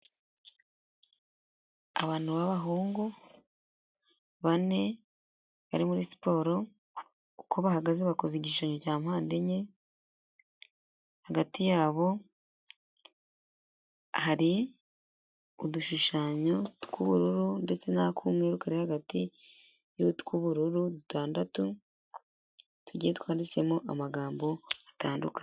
Abantu b'abahungu bane bari muri siporo, uko bahagaze bakoze igishushanyo cya mpande enye, hagati yabo hari udushushanyo tw'ubururu ndetse n'ak'umweru kari hagati y'utw'ubururu dutandatu, tugiye twanditsemo amagambo atandukanye.